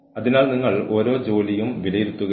അവർ പ്രതിബദ്ധതയോടെ നിലനിൽക്കും